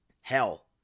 hell